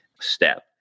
step